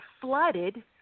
flooded